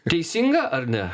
teisinga ar ne